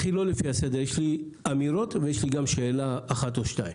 יש לי אמירות ושאלה אחת או שתיים.